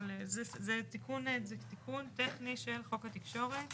זה תיקון טכני של חוק התקשורת